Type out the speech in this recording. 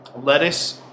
lettuce